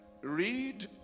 Read